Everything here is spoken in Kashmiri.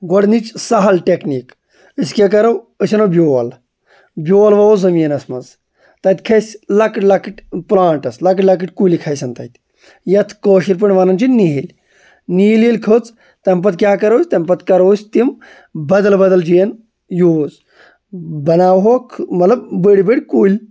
گۄڈنِچ سَہَل ٹیکنیٖک أسۍ کیا کَرو أسۍ اَنو بیول بیول وَوو زٔمیٖنَس منٛز تَتہِ کھَسہِ لۄکٕٹۍ لۄکٕٹۍ پٕلانٛٹٕس لۄکٕٹۍ لۄکٕٹۍ کُلۍ کھَسن تَتہِ یَتھ کٲشِرۍ پٲٹھۍ وَنان چھِ نِہِلۍ نِہِلۍ ییٚلہِ کھٔژ تَمہِ پَتہٕ کیاہ کَرو أسۍ تَمہِ پَتہٕ کرو أسۍ تِم بَدَل بَدَل جِایَن یوٗز بناوہوکھ مطلب بٔڑۍ بٔڑۍ کُلۍ